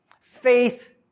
faith